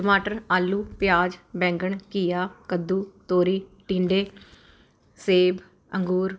ਟਮਾਟਰ ਆਲੂ ਪਿਆਜ ਬੈਂਗਣ ਘੀਆ ਕੱਦੂ ਤੋਰੀ ਟਿੰਡੇ ਸੇਬ ਅੰਗੂਰ